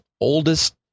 oldest